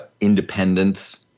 independence